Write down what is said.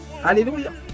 hallelujah